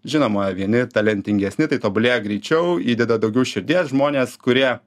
žinoma vieni talentingesni tai tobulėja greičiau įdeda daugiau širdies žmonės kurie